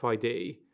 FID